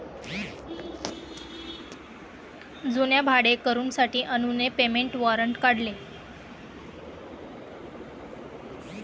जुन्या भाडेकरूंसाठी अनुने पेमेंट वॉरंट काढले